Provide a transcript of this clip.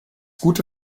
gute